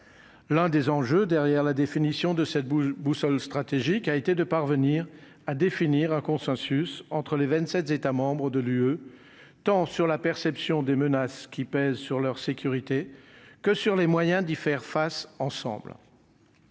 l'un des enjeux derrière la définition de cette bouse boussole stratégique a été de parvenir à définir un consensus entre les 27 États de l'UE, tant sur la perception des menaces qui pèsent sur leur sécurité que sur les moyens d'y faire face ensemble.